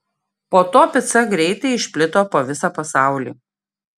po to pica greitai išplito po visą pasaulį